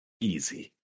Easy